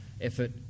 effort